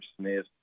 Smith